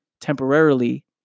temporarily